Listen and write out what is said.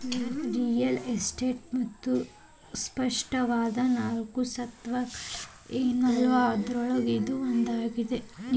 real estate ಮತ್ತ ಸ್ಪಷ್ಟವಾದ ನಾಲ್ಕು ಸ್ವತ್ತುಗಳ ಏನವಲಾ ಅದ್ರೊಳಗ ಇದೂ ಒಂದಾಗಿರ್ತದ